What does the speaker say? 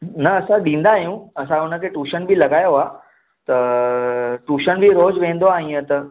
न असां ॾींदा आहियूं असां हुन खे टूशन बि लॻायो आहे त टूशन बि रोज़ु वेंदो आहे ईअं त